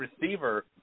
receiver